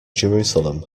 jerusalem